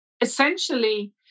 essentially